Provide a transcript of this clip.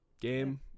Game